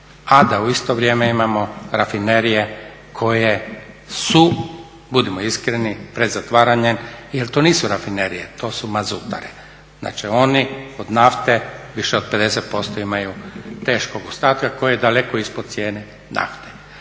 a da u isto vrijeme imamo rafinerije koje su, budimo iskreni, pred zatvaranjem jer to nisu rafinerije, to su …. Znači, oni od nafte, više od 50% imaju teškog ostatka koji je daleko ispod cijene nafte.